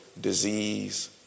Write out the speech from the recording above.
disease